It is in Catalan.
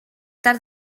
tal